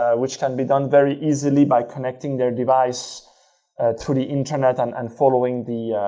ah which can be done very easily by connecting their device to the internet and and following the